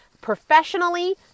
professionally